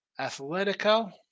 Atletico